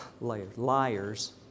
liars